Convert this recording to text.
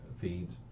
feeds